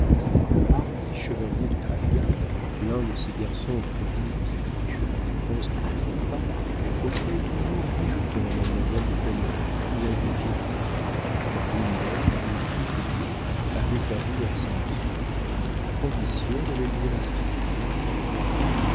le hardi chevalier du halga l'un de ces garçons prodigues et riches des dépenses qu'ils ne font pas offrait toujours dix jetons à mademoiselle de pen hoël ou à zéphirine quand l'une d'elles ou toutes deux avaient perdu leurs cinq sous à condition de les lui restituer en cas de